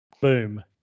Boom